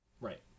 Right